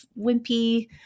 wimpy